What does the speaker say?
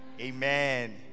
Amen